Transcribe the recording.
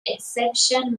exception